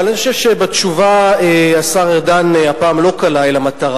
אבל אני חושב שבתשובה השר ארדן הפעם לא קלע אל המטרה,